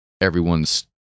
everyone's